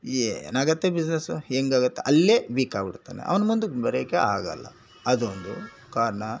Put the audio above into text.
ಏನಾಗುತ್ತೆ ಬಿಸ್ನೆಸ್ಸು ಹೆಂಗಾಗುತ್ತೆ ಅಲ್ಲೇ ವೀಕಾಗಿ ಬಿಡ್ತಾನೆ ಅವ್ನು ಮುಂದಕ್ಕೆ ಬರೋಕೆ ಆಗಲ್ಲ ಅದೊಂದು ಕಾರಣ